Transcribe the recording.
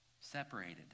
Separated